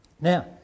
Now